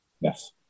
Yes